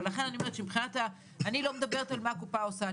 לכן אני אומרת שאני לא מדברת על מה הקופה עושה,